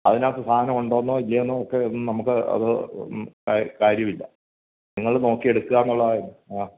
അതിനാത്ത് സാധനം ഉണ്ടോന്നോ ഇല്ല്യോന്നോ ഒക്കെ നമുക്ക് അതും കാര്യമില്ല നിങ്ങള് നോക്കി എടുക്കാന്നുള്ളതാണ് ആ